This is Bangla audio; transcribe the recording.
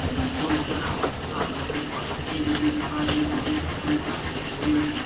বৃদ্ধ লোকেরা যাদের বয়স খুবই বেশি তারা এই ধর্মীয় স্থানগুলো ঘুরে আসে